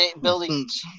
buildings